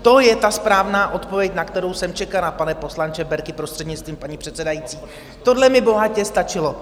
To je ta správná odpověď, na kterou jsem čekala, pane poslanče Berki, prostřednictvím paní předsedající, tohle mi bohatě stačilo.